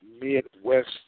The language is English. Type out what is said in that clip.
Midwest